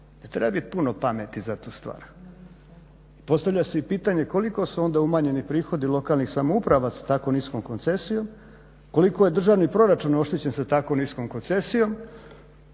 treba bit puno pameti za tu stvar. Postavlja se i pitanje koliko su onda umanjeni prihodi lokalnih samouprava sa tako niskom koncesijom, koliko je državni proračun oštećen sa tako niskom koncesijom,